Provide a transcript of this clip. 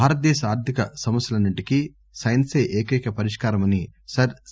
భారతదేశ ఆర్ధిక సమస్యలన్ని ంటికీ సైన్నే ఏకైక పరిష్కారమని సర్ సి